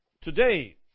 today